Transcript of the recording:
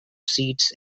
seats